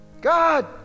God